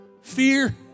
fear